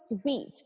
sweet